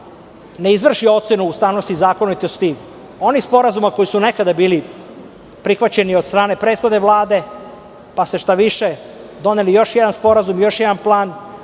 ne izvrši ocenu ustavnosti i zakonitosti onih sporazuma koji su nekada bili prihvaćeni od strane prethodne Vlade, pa ste šta više doneli još jedan sporazum i još jedan plan,